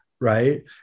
Right